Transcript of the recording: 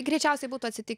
greičiausiai būtų atsitikę